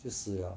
就死了